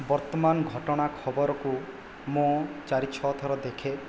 ବର୍ତ୍ତମାନ ଘଟଣା ଖବରକୁ ମୁଁ ଚାରି ଛଅ ଥର ଦେଖେ